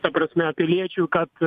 ta prasme piliečiui kad